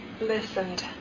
listened